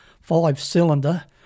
five-cylinder